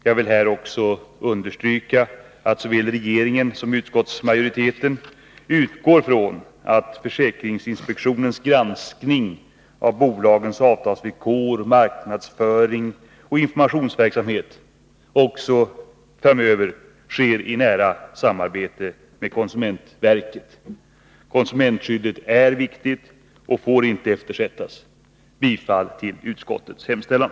Jag vill här också understryka att såväl regeringen som utskottsmajoriteten utgår ifrån att försäkringsinspektionens granskning av bolagens avtalsvillkor, marknadsföring och informationsverksamhet också i framtiden sker i nära samarbete med konsumentverket. Konsumentskyddet är viktigt och får inte eftersättas. Jag yrkar bifall till utskottets hemställan.